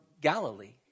Galilee